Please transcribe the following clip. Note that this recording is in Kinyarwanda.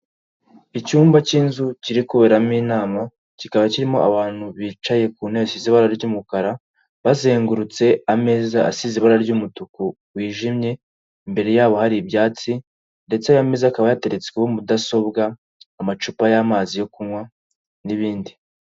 Icyumba cy'inzu kiri kuberamo inama, kikaba kirimo abantu bicaye ku ntebe zisize ibara ry'umukara, bazengurutse ameza asize ibara ry'umutuku wijimye, imbere yabo hari ibyatsi ndetse aya meza hakaba ateretsweho mudasobwa, amacupa y'amazi yo kunywa n'ibindi.